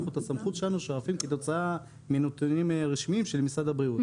אנחנו את הסמכות שלנו שואבים כתוצאה מנתונים רשמיים של משרד הבריאות,